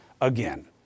again